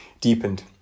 deepened